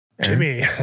Jimmy